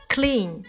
Clean